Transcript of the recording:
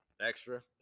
extra